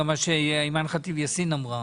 גם מה שאימאן ח'טיב יאסין אמרה,